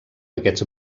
aquests